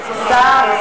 שר.